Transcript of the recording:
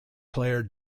player